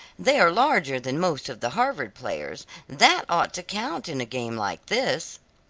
they are larger than most of the harvard players that ought to count in a game like this.